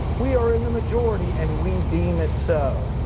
we are in the majority, and we deem it so.